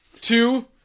two